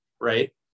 Right